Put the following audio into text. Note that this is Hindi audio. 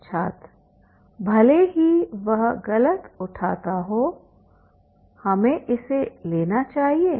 छात्र भले ही वह गलत उठाता हो हमें इसे लेना चाहिए